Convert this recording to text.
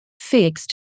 fixed